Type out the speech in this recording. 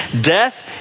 Death